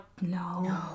no